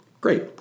Great